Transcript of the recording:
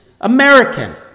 American